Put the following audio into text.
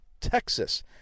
Texas